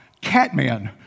Catman